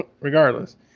regardless